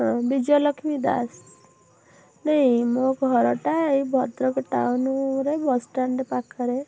ବିଜୟଲକ୍ଷ୍ମୀ ଦାସ୍ ନାଇ ମୋ ଘରଟା ଏଇ ଭଦ୍ରକ ଟାଉନ୍ ରେ ବସଷ୍ଟାଣ୍ଡ୍ ପାଖରେ